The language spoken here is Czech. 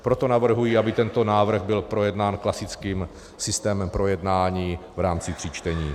Proto navrhuji, aby tento návrh byl projednán klasickým systémem projednání v rámci tří čtení.